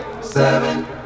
seven